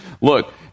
look